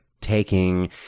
Taking